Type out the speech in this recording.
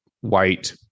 white